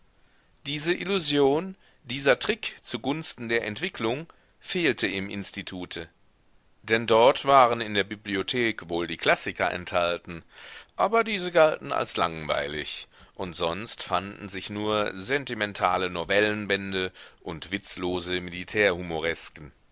diese illusion dieser trick zugunsten der entwicklung fehlte im institute denn dort waren in der bibliothek wohl die klassiker enthalten aber diese galten als langweilig und sonst fanden sich nur sentimentale novellenbände und witzlose